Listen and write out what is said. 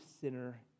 sinner